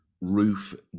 roof